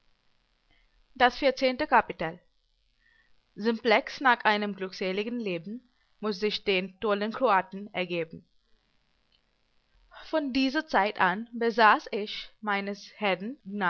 das vierzehnte kapitel simplex nach einem glückseligen leben muß sich den tollen kroaten ergeben von dieser zeit an besaß ich meines